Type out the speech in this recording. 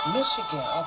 Michigan